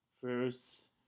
first